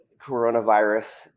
coronavirus